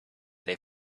they